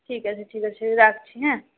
ঠিক আছে ঠিক আছে রাখছি হ্যাঁ